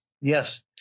Yes